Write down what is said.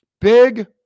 Big